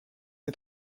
est